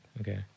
okay